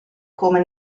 come